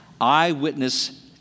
Eyewitness